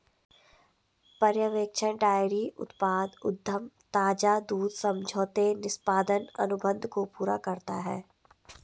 पर्यवेक्षण डेयरी उत्पाद उद्यम ताजा दूध समझौते निष्पादन अनुबंध को पूरा करता है